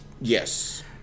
yes